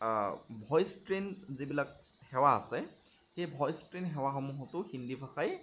voice trend যিবিলাক সেৱা আছে সেই ভইচ ট্ৰেণ্ড সেৱাসমূহতো হিন্দী ভাষাই